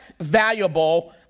valuable